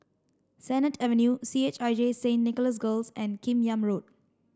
Sennett Avenue C H I J Saint Nicholas Girls and Kim Yam Road